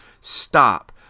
stop